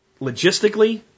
Logistically